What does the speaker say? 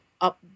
up